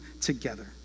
together